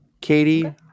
Katie